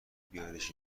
بیارش